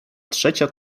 trzecia